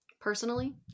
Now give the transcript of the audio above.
personally